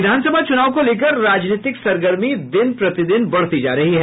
विधानसभा चुनाव को लेकर राजनीतिक सरगर्मी दिन प्रतिदिन बढ़ती जा रही है